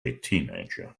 teenager